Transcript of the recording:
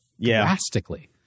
drastically